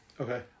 Okay